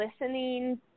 listening